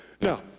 now